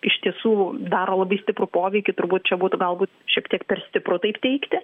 iš tiesų daro labai stiprų poveikį turbūt čia būtų galbūt šiek tiek per stipru taip teigti